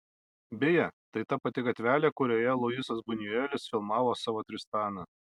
beje tai ta pati gatvelė kurioje luisas bunjuelis filmavo savo tristaną